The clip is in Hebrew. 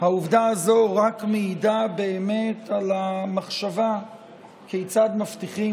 העובדה הזו רק מעידה באמת על המחשבה כיצד מבטיחים